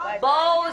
בואו,